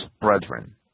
brethren